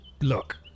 look